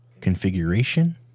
configuration